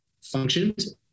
functions